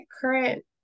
current